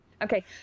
Okay